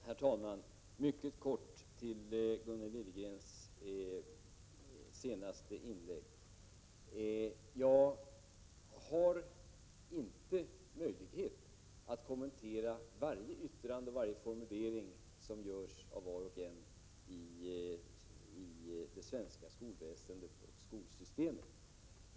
Herr talman! Ett mycket kort påpekande med anledning av Gunnel Liljegrens senaste inlägg. Jag har inte möjlighet att kommentera varje yttrande och varje formulering som görs inom det svenska skolsystemet.